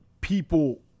people